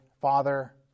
Father